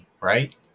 right